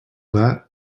that